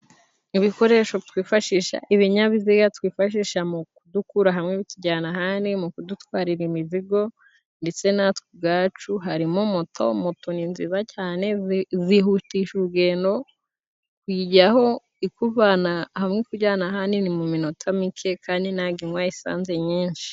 Ibikoresho twifashisha. Ibinyabiziga twifashisha mu kudukura hamwe bitujyana ahandi, mu kudutwarira imizigo ndetse na twe ubwacu. Harimo moto, moto ni nziza cyane zihutisha urugendo, kuyijyaho ikuvanye hamwe ikujyana ahandi ni mu minota mike, kandi ntago inywa esansi nyinshi.